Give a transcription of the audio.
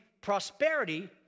prosperity